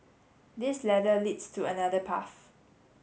this ladder leads to another path